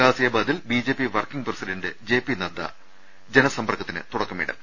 ഗാസിയാബാദിൽ B J P working president J P Nadda ജനസമ്പർക്കത്തിന് തുടക്കമി ടും